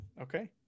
Okay